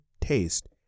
taste